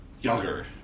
Younger